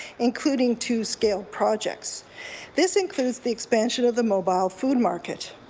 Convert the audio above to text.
including two scale projects this includes the expansion of the mobile food market.